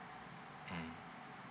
mm